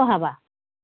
এই নহয়